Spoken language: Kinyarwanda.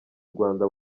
rwanda